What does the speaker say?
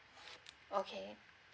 okay